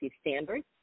standards